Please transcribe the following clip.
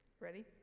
Ready